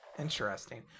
Interesting